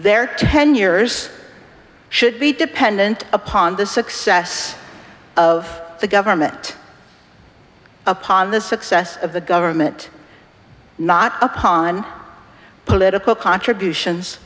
their ten years should be dependent upon the success of the government upon the success of the government not upon political contributions